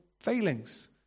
failings